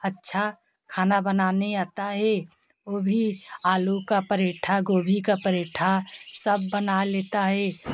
अच्छा खाना बनाने आता है वह भी आलू का पराँठा गोभी का पराँठा सब बना लेता है